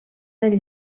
del